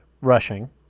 rushing